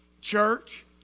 church